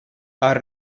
are